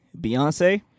Beyonce